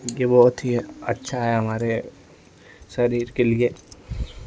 कि वो अथी है अच्छा है हमारे शरीर के लिए